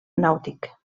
nàutic